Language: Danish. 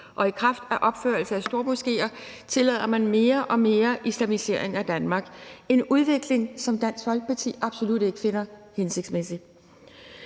og i kraft af opførelse af stormoskéer tillader man mere og mere islamisering af Danmark, en udvikling, som Dansk Folkeparti absolut ikke finder hensigtsmæssig.